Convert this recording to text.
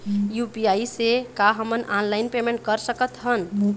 UPI से का हमन ऑनलाइन पेमेंट कर सकत हन?